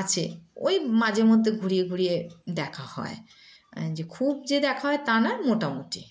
আছে ওই মাঝে মধ্যে ঘুরিয়ে ঘুরিয়ে দেখা হয় যে খুব যে দেখা হয় তা নয় মোটামুটি